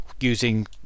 using